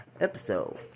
episode